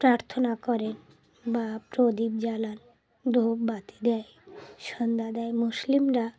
প্রার্থনা করেন বা প্রদীপ জ্বালান ধূপ বাতি দেয় সন্ধ্যা দেয় মুসলিমরা